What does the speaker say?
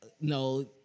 no